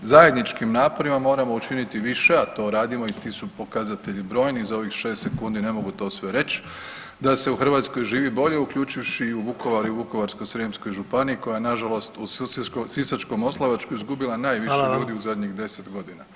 Zajedničkim naporima moramo učiniti više, a to radimo i ti su pokazatelji brojni i za ovih 6 sekundi ne mogu to sve reć da se u Hrvatskoj živi bolje uključivši i u Vukovar i u Vukovarsko-srijemskoj županiji koja je nažalost u Sisačko-moslavačkoj izgubila najviše ljudi u zadnjih 10.g.